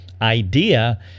idea